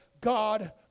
God